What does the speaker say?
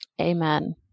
Amen